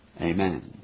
Amen